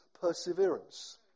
perseverance